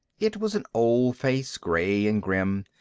it was an old face, gray and grim.